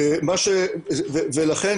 ולכן,